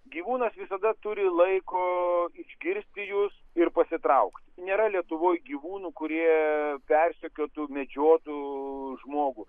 gyvūnas visada turi laiko išgirsti jus ir pasitraukti nėra lietuvoj gyvūnų kurie persekiotų medžiotų žmogų